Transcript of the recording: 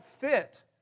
fit